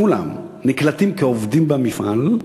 כולם נקלטים כעובדים במפעל.